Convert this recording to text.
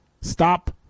Stop